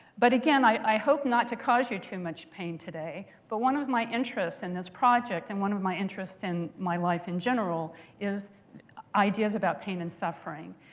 but again, i hope not to cause you too much pain today. but one of my interests in this project and one of my interests in my life in general is ideas about pain and suffering.